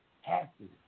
happy